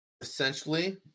essentially